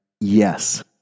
yes